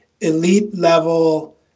elite-level